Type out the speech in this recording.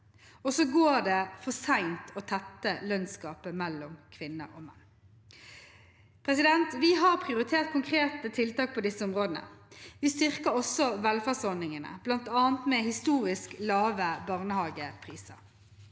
Det går også for sent med å tette lønnsgapet mellom kvinner og menn. Vi har prioritert konkrete tiltak på disse områdene. Vi styrker også velferdsordningene, bl.a. med historisk lave barnehagepriser.